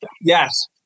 yes